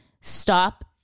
stop